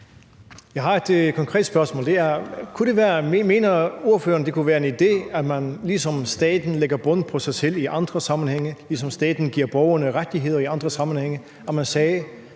Jeg har et konkret spørgsmål: Mener ordføreren, at det kunne være en idé, at ligesom staten lægger bånd på sig selv i andre sammenhænge, og ligesom staten giver borgerne rettigheder i andre sammenhænge, sagde